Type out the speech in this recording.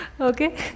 okay